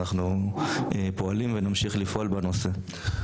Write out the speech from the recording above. אנחנו פועלים ונמשיך לפעול בנושא.